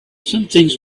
something